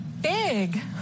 big